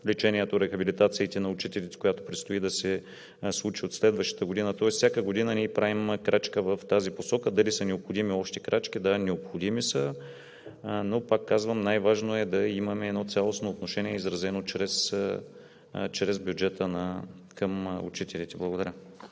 лечението и рехабилитациите на учителите, която предстои да се случва от следващата година. Тоест всяка година ние правим крачка в тази посока. Дали са необходими още крачки? Да, необходими са, но, пак казвам: най-важно е да имаме цялостно отношение, изразено чрез бюджета към учителите. Благодаря.